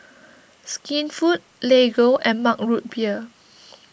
Skinfood Lego and Mug Root Beer